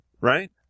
right